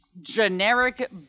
generic